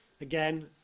again